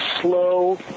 slow